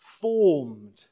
formed